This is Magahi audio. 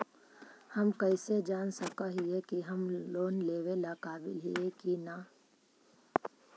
हम कईसे जान सक ही की हम लोन लेवेला काबिल ही की ना?